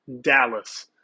Dallas